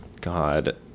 God